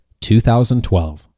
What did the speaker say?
2012